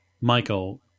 Michael